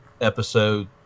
episode